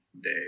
day